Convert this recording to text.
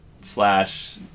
slash